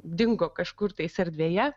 dingo kažkur tais erdvėje